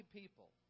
people